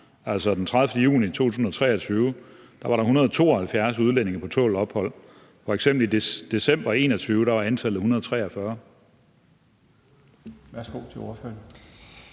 Altså, den 30. juni 2023 var der 172 udlændinge på tålt ophold, og i eksempelvis december 2021 var antallet 143.